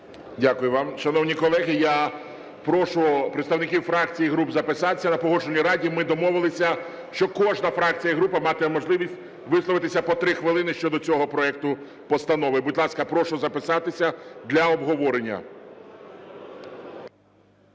Дякую вам. Шановні колеги, я прошу представників фракцій і груп записатися, на Погоджувальній раді ми домовились, що кожна фракція і група матиме можливість висловитися по 3 хвилини щодо цього проекту постанови. Будь ласка, прошу записатися для обговорення.